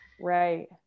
right